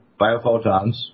biophotons